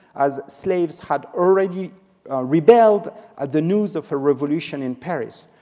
as slaves had already rebelled at the news of a revolution in paris.